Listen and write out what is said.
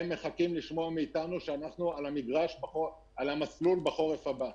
הם מחכים לשמוע מאתנו שאנחנו על המסלול בחורף הבא.